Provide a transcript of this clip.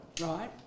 Right